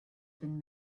been